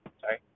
sorry